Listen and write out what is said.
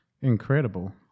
incredible